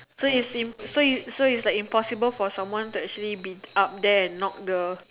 so is same so is so is it impossible for someone to actually be up there and knock the